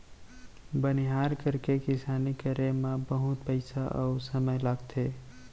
बनिहार करके किसानी करे म बहुत पइसा अउ समय लागथे